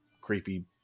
creepy